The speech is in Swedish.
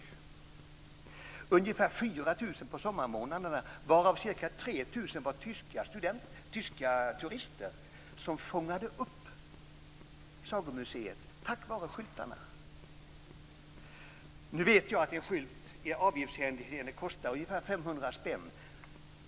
Det var ungefär 4 000 besök under sommarmånaderna, varav 3 000 var tyska turister som "fångade upp" Sagomuseet tack vare skyltarna. Nu vet jag att en skylt i avgiftshänseende kostar ungefär 500 kr.